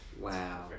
Wow